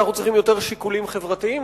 אנחנו צריכים יותר שיקולים חברתיים,